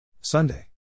Sunday